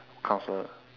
counsellor